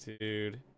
dude